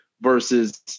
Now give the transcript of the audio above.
versus